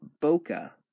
Boca